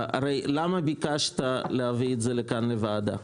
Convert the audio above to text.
למה ביקשת להביא את זה כאן לוועדה?